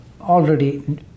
already